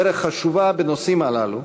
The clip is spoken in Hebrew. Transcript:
דרך חשובה בנושאים הללו,